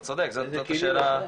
אתה צודק, זאת השאלה.